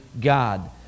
God